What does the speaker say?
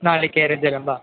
नरिकेलजलं वा